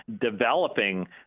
developing